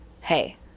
hey